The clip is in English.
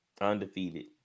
Undefeated